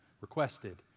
requested